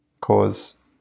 cause